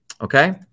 okay